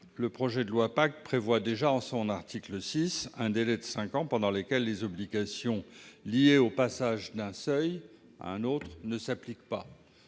le projet de loi PACTE prévoyant déjà, en son article 6, un délai de cinq ans pendant lesquels les obligations liées au passage d'un seuil à un autre ne s'appliquent pas.